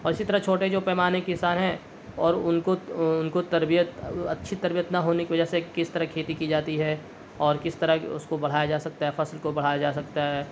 اور اسی طرح چھوٹے جو پیمانے کے کسان ہیں اور ان کو ان کو تربیت اچھی تربیت نہ ہونے کی وجہ سے کس طرح کھیتی کی جاتی ہے اور کس طرح کی اس کو بڑھایا جا سکتا ہے فصل کو بڑھایا جا سکتا ہے